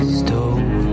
stove